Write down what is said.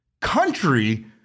country